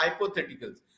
hypotheticals